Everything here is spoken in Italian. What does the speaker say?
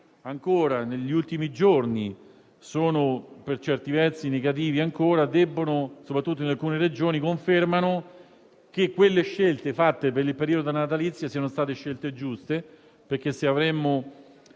ancora negli ultimi giorni sono per certi versi negativi, soprattutto in alcune Regioni, confermano che le scelte fatte per il periodo natalizio sono state giuste perché, se fossero